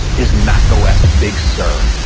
is macos big sur.